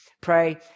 Pray